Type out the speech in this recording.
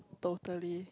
totally